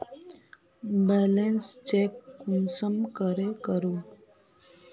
Balance check कुंसम करे करूम?